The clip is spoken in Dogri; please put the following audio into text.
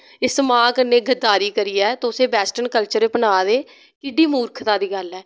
इस मां कन्नै गरदारी करियै तुस बैसटर्न कल्चर अपनाऽ दे किन्नी मूर्खता दी गल्ल ऐ